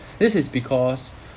this is because